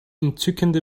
entzückende